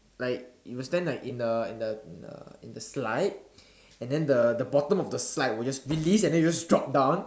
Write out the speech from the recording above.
like you will stand like in a in a in the slide and then the the bottom of the slide will just release and you just drop down